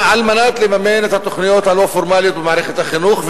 כדי לממן את התוכניות הלא-פורמליות במערכת החינוך,